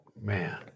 man